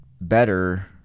better